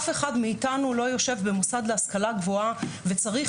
אף אחד מאתנו לא יושב במוסד להשכלה גבוהה וצריך